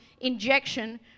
injection